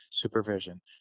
supervision